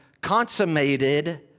consummated